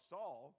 Saul